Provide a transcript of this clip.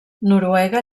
noruega